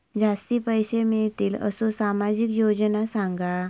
जास्ती पैशे मिळतील असो सामाजिक योजना सांगा?